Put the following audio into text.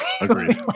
Agreed